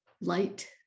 light